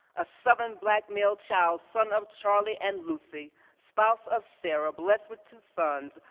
a southern black male child, son of charlie and lucy, spouse of sarah, blessed with two sons,